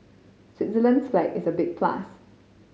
Switzerland's flag is a big plus